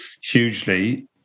hugely